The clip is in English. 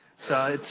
so,